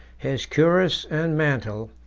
his cuirass and mantle,